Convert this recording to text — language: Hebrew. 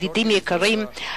ידידים יקרים,